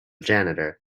janitor